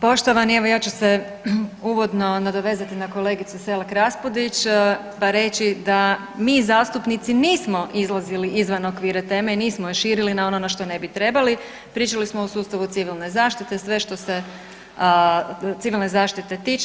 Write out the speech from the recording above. Poštovani, evo ja ću se uvodno nadovezati na kolegicu Selak Raspudić, pa reći da mi zastupnici nismo izlazili izvan okvira teme i nismo je širili na ono na što ne bi trebali, pričali smo o sustavu civilne zaštite, sve što se civilne zaštite tiče.